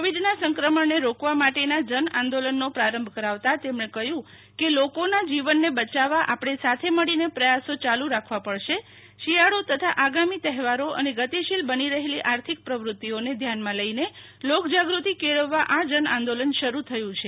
કોવિડના સંક્રમણને રોકવા માટેના જનઆંદોલનનો પ્રારંભ કરાવતા તેમણે કહ્યુ કે લોકોના જીવનને બયાવવા આપણે સાથે મળીને પ્રથાસો યાલુ રાખવા પડશે શિયાળો તથા આગામી તહેવારો અને ગતિશીલ બની રહેલી આર્થિક પ્રવૃ તિઓને ધ્યાનમાં લઈને લોકજાગૃ તિ કેળવવા આ જન આંદોલન શરૂ થયુ છે